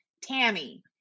Tammy